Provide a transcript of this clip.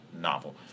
novel